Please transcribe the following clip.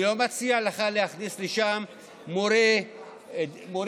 אני לא מציע לך להכניס לשם מורי נהיגה.